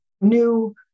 new